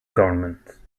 government